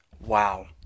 Wow